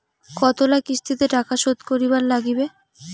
কতোলা কিস্তিতে টাকা শোধ করিবার নাগীবে?